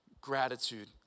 Gratitude